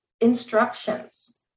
instructions